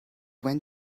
went